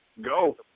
Go